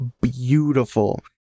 beautiful